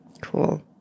Cool